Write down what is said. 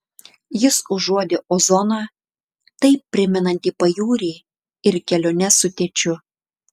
jis užuodė ozoną taip primenantį pajūrį ir keliones su tėčiu